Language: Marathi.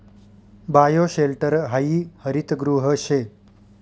बायोशेल्टर हायी हरितगृह शे